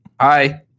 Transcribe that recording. hi